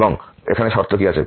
এবং এখন কি শর্ত আছে